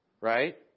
right